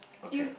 okay